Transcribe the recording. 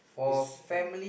this and